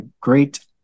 great